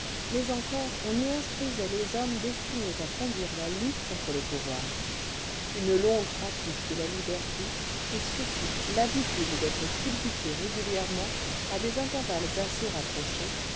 mais encore on y instruisait les hommes destinés à conduire la lutte contre le pouvoir une longue pratique de la liberté et surtout l'habitude d'être culbuté régulièrement à des intervalles assez rapprochés